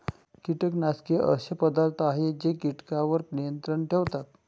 कीटकनाशके असे पदार्थ आहेत जे कीटकांवर नियंत्रण ठेवतात